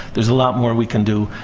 there's a lot more we can do.